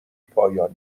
پایان